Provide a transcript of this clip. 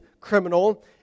criminal